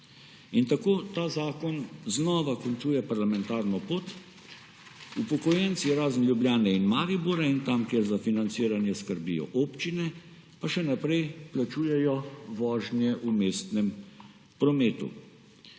In tako ta zakon znova končuje parlamentarno pot. Upokojenci, razen Ljubljane in Maribora in tam, kjer za financiranje skrbijo občine, pa še naprej plačujejo vožnje v mestnem prometu.